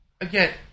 Again